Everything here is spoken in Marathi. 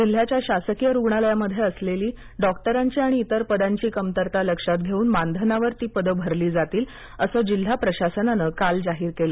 जिल्ह्याच्या शासकीय रुग्णालयामध्ये असलेली डॉक्टरांची आणि इतर पदांची कमतरता लक्षात घेऊन मानधनावर ती पदं भरली जातील असं जिल्हा प्रशासनानं काल जाहीर केलं